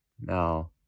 now